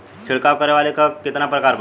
छिड़काव करे वाली क कितना प्रकार बा?